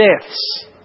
deaths